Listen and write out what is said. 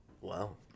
Wow